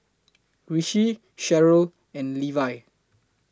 Rishi Cheryll and Levi